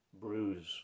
bruise